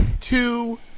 two